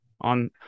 On